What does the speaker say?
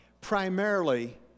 primarily